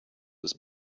was